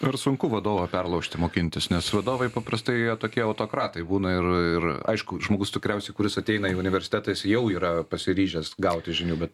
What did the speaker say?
ar sunku vadovą perlaužti mokintis nes vadovai paprastai jie tokie autokratai būna ir ir aišku žmogus tikriausiai kuris ateina į universitetą jis jau yra pasiryžęs gauti žinių bet